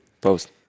Post